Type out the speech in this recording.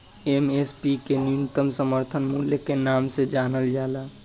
MSP के न्यूनतम समर्थन मूल्य के नाम से जानल जाला